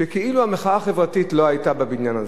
שכאילו המחאה החברתית לא היתה בבניין הזה,